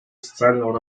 социальное